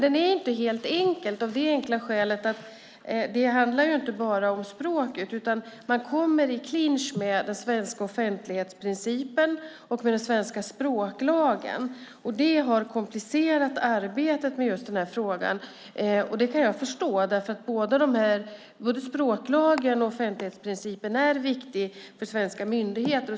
Den är inte helt lätt av det enkla skälet att det inte bara handlar om språket utan man kommer i clinch med den svenska offentlighetsprincipen och med den svenska språklagen. Det har komplicerat arbetet med just den här frågan. Det kan jag förstå, för både språklagen och offentlighetsprincipen är viktiga för svenska myndigheter.